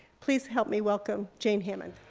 please help me welcome jane hammond.